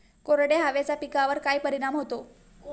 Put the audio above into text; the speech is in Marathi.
कोरड्या हवेचा पिकावर काय परिणाम होतो?